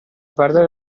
perdere